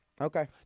Okay